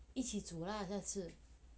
一起煮啦下次